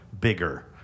bigger